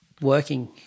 working